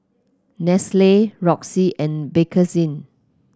Nestle Roxy and Bakerzin